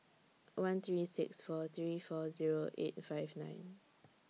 one three six four three four Zero eight five nine